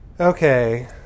okay